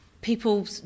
people